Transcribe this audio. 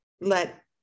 let